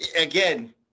Again